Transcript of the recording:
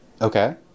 Okay